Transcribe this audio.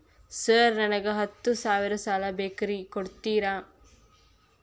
Sir ನನಗ ಹತ್ತು ಸಾವಿರ ಸಾಲ ಬೇಕ್ರಿ ಕೊಡುತ್ತೇರಾ?